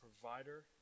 provider